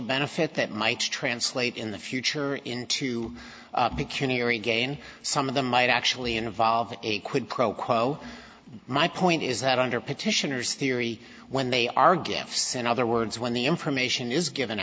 benefit that might translate in the future into gain some of them might actually involve a quid pro quo my point is that under petitioners theory when they are gifts in other words when the information is given